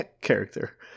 character